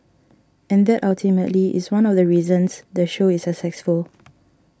and that ultimately is one of the reasons the show is successful